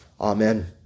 Amen